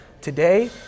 Today